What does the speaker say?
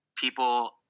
people